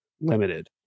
limited